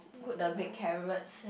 put the baked carrots